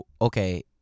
okay